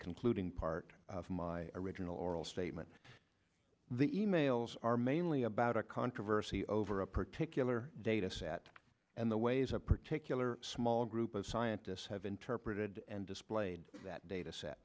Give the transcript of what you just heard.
concluding part of my original oral statement the e mails are mainly about a controversy over a particular data set and the ways a particular small group of scientists have interpreted and displayed that da